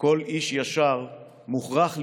כל איש ישר מוכרח לשבור,